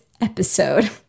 episode